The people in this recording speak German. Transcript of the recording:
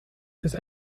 ist